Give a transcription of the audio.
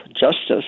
justice